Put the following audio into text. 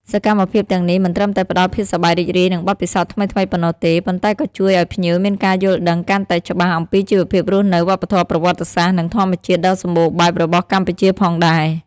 សកម្មភាពទាំងនេះមិនត្រឹមតែផ្តល់ភាពសប្បាយរីករាយ និងបទពិសោធន៍ថ្មីៗប៉ុណ្ណោះទេ ប៉ុន្តែក៏ជួយឲ្យភ្ញៀវមានការយល់ដឹងកាន់តែច្បាស់អំពីជីវភាពរស់នៅ វប្បធម៌ ប្រវត្តិសាស្ត្រ និងធម្មជាតិដ៏សម្បូរបែបរបស់កម្ពុជាផងដែរ។